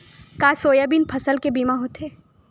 का सोयाबीन फसल के बीमा होथे?